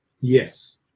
Yes